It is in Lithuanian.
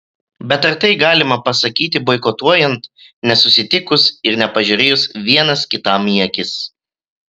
bet ar tai galima pasakyti boikotuojant nesusitikus ir nepasižiūrėjus vienas kitam į akis